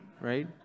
right